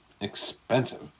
expensive